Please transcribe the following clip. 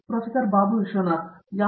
professor Babu Vishwanath ಯಾಂತ್ರಿಕ ನಾಗರಿಕ